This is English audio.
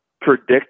predict